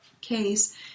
case